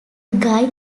guy